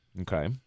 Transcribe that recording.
okay